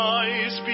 eyes